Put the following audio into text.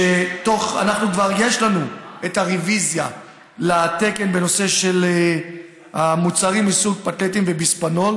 שכבר יש לנו רוויזיה לתקן בנושא המוצרים מסוג פתלטים וביספינול.